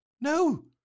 No